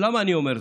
ולמה אני אומר זאת?